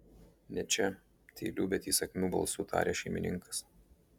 ne čia tyliu bet įsakmiu balsu taria šeimininkas